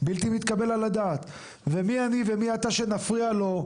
בלתי מתקבל על הדעת ומי אני ומי אתה שנפריע לו,